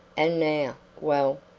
and now well,